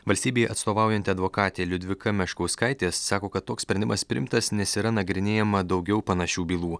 valstybei atstovaujanti advokatė liudvika meškauskaitė sako kad toks sprendimas priimtas nes yra nagrinėjama daugiau panašių bylų